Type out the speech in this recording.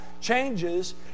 Changes